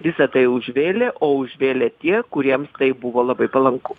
visa tai užvėlė o užvėlė tie kuriems tai buvo labai palanku